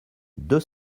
deux